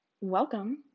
welcome